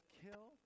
kill